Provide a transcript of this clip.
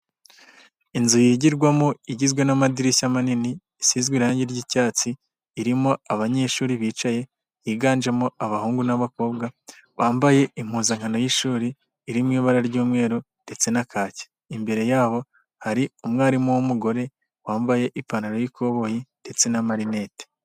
Inzu yigirwamo igizwe n'amadirishya manini, isizwe irangi ry'icyatsi, irimo abanyeshuri bicaye, higanjemo abahungu n'abakobwa, bambaye impuzankano y'ishuri, iri mu ibara ry'umweru ndetse n'akaki, imbere yabo hari umwarimu w'umugore wambaye ipantaro y'ikoboyi ndetse na marinete.